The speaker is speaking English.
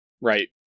Right